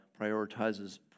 prioritizes